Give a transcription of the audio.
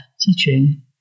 teaching